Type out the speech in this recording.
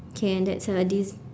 K and that's a des~